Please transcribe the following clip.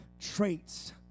traits